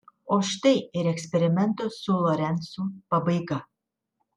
o štai ir eksperimento su lorencu pabaiga